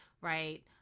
right